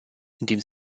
indem